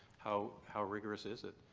how how rigorous is it?